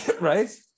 right